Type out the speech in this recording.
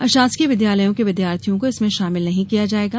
अशासकीय विद्यालयों के विद्यार्थियों को इसमें शामिल नहीं किया जाएगा